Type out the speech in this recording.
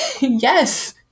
Yes